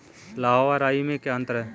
लाह व राई में क्या अंतर है?